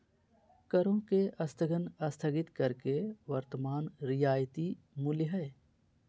करों के स्थगन स्थगित कर के वर्तमान रियायती मूल्य हइ